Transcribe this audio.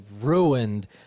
ruined